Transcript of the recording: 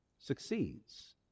succeeds